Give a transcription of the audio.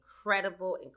incredible